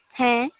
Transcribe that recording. ᱦᱮᱸ